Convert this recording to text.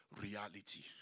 reality